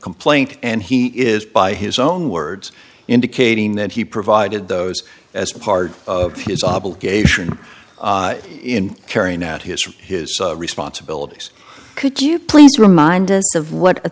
complaint and he is by his own words indicating that he provided those as part of his obligation in carrying out his for his responsibilities could you please remind us of what